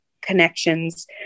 connections